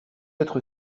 être